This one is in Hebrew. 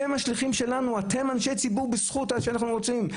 אתם אנשי ציבור בזכות שאנחנו רוצים.